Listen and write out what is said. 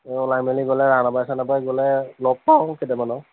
অঁ ওলাই মেলি গ'লে গ'লে লগ পাওঁ কেইটামানক